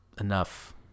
enough